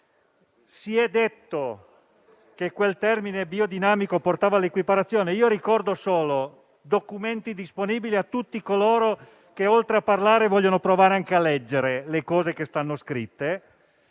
Si è detto che quel termine, biodinamico, portava l'equiparazione. Ricordo solo i documenti disponibili a tutti coloro che, oltre a parlare, vogliono provare anche a leggere le cose che vi stanno scritte: